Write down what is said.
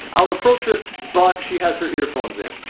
i would approach her but she has her earphones in,